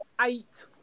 eight